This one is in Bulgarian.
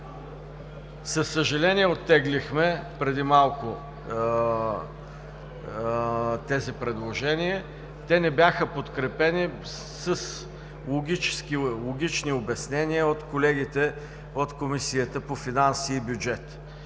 Със съжаление оттеглихме преди малко тези предложения. Те не бяха подкрепени с логични обяснения от колегите от Комисията по бюджет